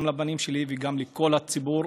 גם לבנים שלי וגם לכל הציבור,